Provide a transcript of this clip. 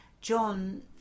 John